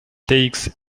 takes